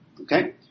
Okay